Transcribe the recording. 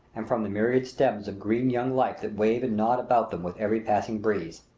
and from the myriad stems of green young life that wave and nod about them with every passing breeze.